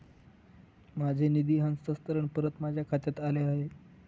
माझे निधी हस्तांतरण परत माझ्या खात्यात आले आहे